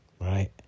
right